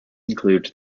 include